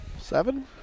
Seven